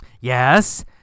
Yes